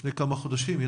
לפני כמה חודשים,